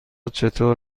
چطور